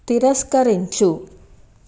తిరస్కరించు